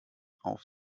auf